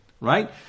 right